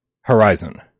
Horizon